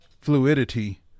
fluidity